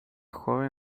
joven